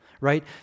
Right